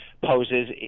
poses